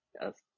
Yes